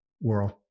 world